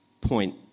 point